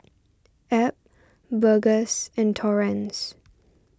Abb Burgess and Torrence